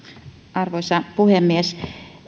arvoisa puhemies